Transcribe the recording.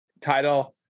title